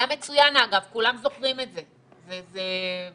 כולם זוכרים את זה וזה בדיוק הסיפור.